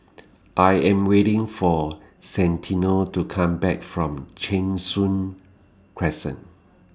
I Am waiting For Santino to Come Back from Cheng Soon Crescent